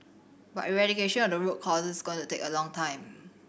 but eradication of the root causes is going to take a long time